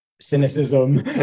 cynicism